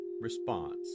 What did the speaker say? response